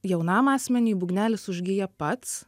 jaunam asmeniui būgnelis užgyja pats